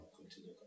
continue